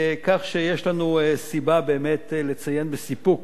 כך שיש לנו סיבה באמת לציין בסיפוק